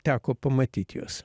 teko pamatyt juos